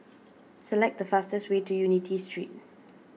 select the fastest way to Unity Street